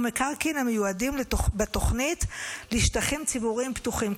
מקרקעין המיועדים בתוכנית לשטחים ציבוריים פתוחים.